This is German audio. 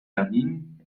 berlin